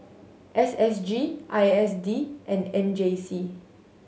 S S G I S D and M J C